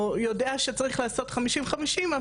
או יודע שצריך לעשות חמישים-חמישים.